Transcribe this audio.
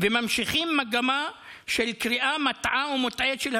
וממשיכים מגמה של קריאה מטעה ומוטעית של המציאות,